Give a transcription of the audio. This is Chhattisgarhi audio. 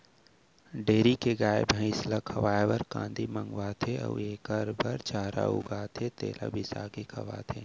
डेयरी के गाय, भँइस ल खवाए बर कांदी मंगवाथें अउ एकर बर चारा उगाथें तेला बिसाके खवाथें